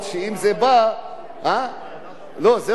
לא ידעת?